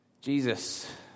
Jesus